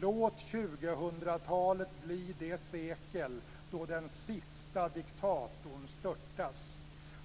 Låt 2000-talet bli det sekel då den siste diktatorn störtas